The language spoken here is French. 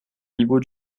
niveau